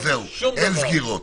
זהו, אין סגירות.